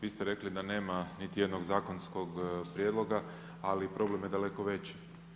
Vi ste rekli da nema niti jednog zakonskog prijedloga, ali problem je daleko veći.